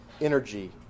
energy